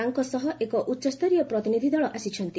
ତାଙ୍କ ସହ ଏକ ଉଚ୍ଚସ୍ତରୀୟ ପ୍ରତିନିଧ୍ୟ ଦଳ ଆସିଛନ୍ତି